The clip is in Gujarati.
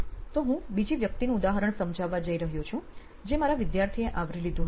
તો હું બીજી વ્યક્તિનું ઉદાહરણ સમજાવવા જઈ રહ્યો છું જે મારા વિદ્યાર્થીએ આવરી લીધું હતું